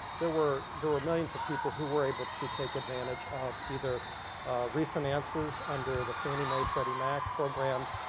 there were there were millions of people who were able to take advantage of either refinances under the fannie mae, freddie mac programs,